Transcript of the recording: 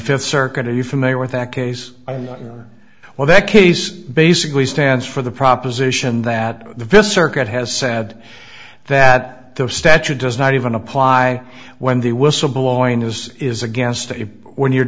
fifth circuit are you familiar with that case well that case basically stands for the proposition that the first circuit has said that the statute does not even apply when the whistleblowing is is against you when you're